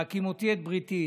והקימתי את בריתי אִתכם".